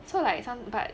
so like some but